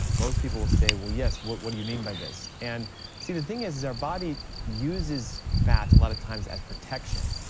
most people will say, well yes, but what do you mean by this? and see, the thing is is our body uses fat a lot of times as protection,